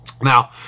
Now